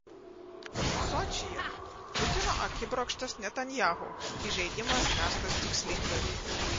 sočyje putino akibrokštas netanyahu įžeidimas mestas tikslingai